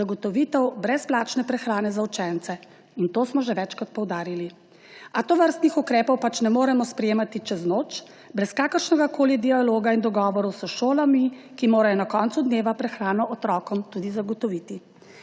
zagotovitev brezplačne prehrane za učence. In to smo že večkrat poudarili. A tovrstnih ukrepov pač ne moremo sprejemati čez noč, brez kakršnegakoli dialoga in dogovora s šolami, ki morajo na koncu dneva prehrano otrokom tudi zagotoviti.